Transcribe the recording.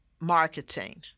marketing